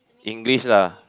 English lah